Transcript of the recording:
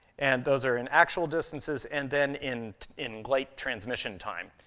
and those are in actual distances and then in in light-transmission time,